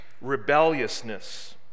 rebelliousness